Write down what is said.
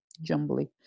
jumbly